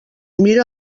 mira